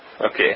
Okay